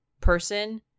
person